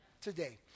Today